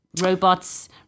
Robots